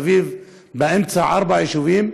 באמצע ארבעה יישובים,